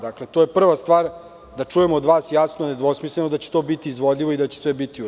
Dakle, to je prva stvar koju treba da čujemo od vas jasno i nedvosmisleno, da će to biti izvodljivo i da će sve biti uredu.